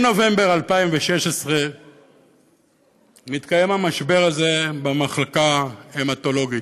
מנובמבר 2016 מתקיים המשבר הזה במחלקה ההמטולוגית.